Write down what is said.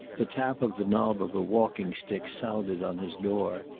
the tap of the knob of a walking-stick sounded on his door,